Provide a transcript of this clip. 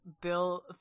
Bill